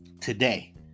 today